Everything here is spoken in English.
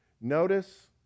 Notice